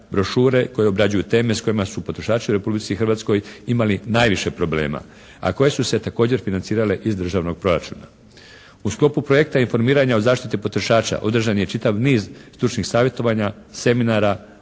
brošure koje obrađuju teme s kojima su potrošači u Republici Hrvatskoj imali najviše problema, a koje su se također financirale iz državnog proračuna. U sklopu projekta informiranja o zaštiti potrošača održan je čitav niz stručnih savjetovanja, seminara,